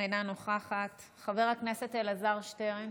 אינה נוכחת; חבר הכנסת אלעזר שטרן,